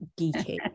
geeky